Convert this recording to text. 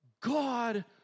God